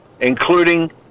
including